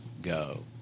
go